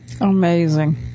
Amazing